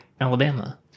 alabama